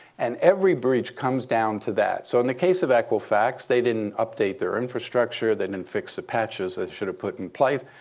and every breach comes down to that. so in the case of equifax, they didn't update their infrastructure. that didn't fix the patches they should've put in place.